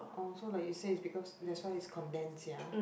oh so like you say because that's why is condense sia